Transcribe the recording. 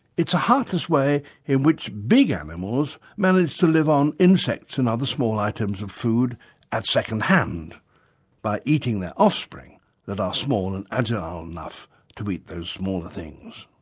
it's a heartless way in which big animals have managed to live on insects and other small items of food at second-hand by eating their offspring that are small and agile enough to eat those smaller things.